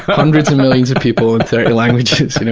hundreds of millions of people in thirty languages, you know